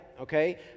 Okay